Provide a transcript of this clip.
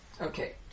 Okay